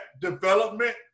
development